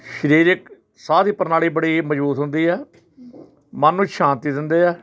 ਸਰੀਰਿਕ ਸਾਹ ਦੀ ਪ੍ਰਣਾਲੀ ਬੜੀ ਮਜ਼ਬੂਤ ਹੁੰਦੀ ਆ ਮਨ ਨੂੰ ਸ਼ਾਂਤੀ ਦਿੰਦੇ ਹੈ